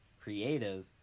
creative